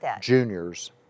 juniors